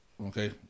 okay